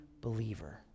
believer